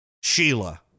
Sheila